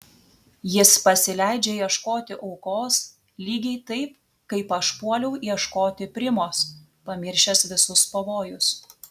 jis pasileidžia ieškoti aukos lygiai taip kaip aš puoliau ieškoti primos pamiršęs visus pavojus